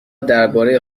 درباره